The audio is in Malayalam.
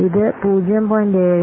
ഇത് 0